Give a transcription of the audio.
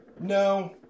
No